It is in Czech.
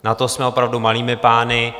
Na to jsme opravdu malými pány.